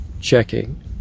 checking